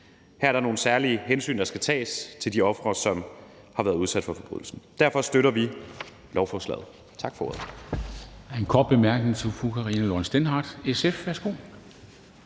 Her er der nogle særlige hensyn, der skal tages til de ofre, som har været udsat for forbrydelsen. Derfor støtter vi lovforslaget. Tak for ordet.